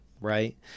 right